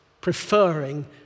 preferring